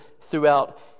throughout